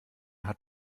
hat